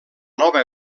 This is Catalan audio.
nova